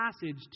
passage